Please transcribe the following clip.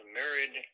married